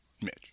Mitch